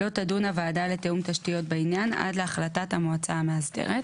לא תדון הוועדה לתיאום תשתיות בעניין עד להכרעת המועצה המאסדרת.